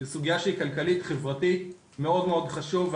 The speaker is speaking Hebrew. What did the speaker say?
זו סוגיה שהיא כלכלית חברתית מאוד חשוב.